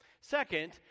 Second